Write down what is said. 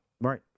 Right